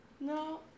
No